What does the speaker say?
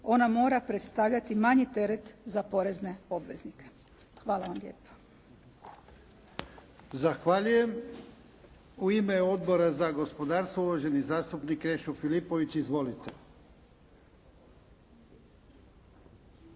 ona mora predstavljati manji teret za porezne obveznike. Hvala vam lijepa. **Jarnjak, Ivan (HDZ)** Zahvaljujem. U ime Odbora za gospodarstvo uvaženi zastupnik Krešo Filipović. Izvolite. **Filipović,